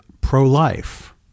pro-life